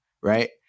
right